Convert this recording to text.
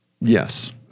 Yes